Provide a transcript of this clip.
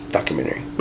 Documentary